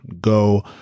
Go